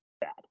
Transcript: bad